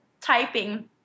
typing